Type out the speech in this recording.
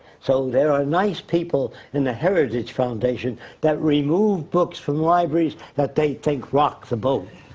so there are nice people in the heritage foundation that remove books from libraries that they think rock the boat.